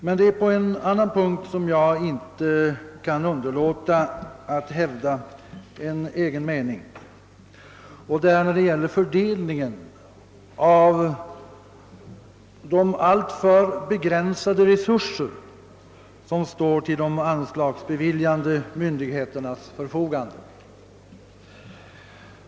|| Däremot kan jag inte underlåta att i en annan punkt hävda en annan mening, nämligen när det gäller: fördelningen av de alltför begränsade resurser som ställes till de anslagsbeviljande myndigheternas förfogande.